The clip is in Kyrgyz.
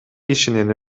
кишинин